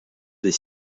des